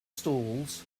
stalls